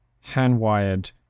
hand-wired